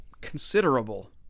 considerable